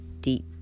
deep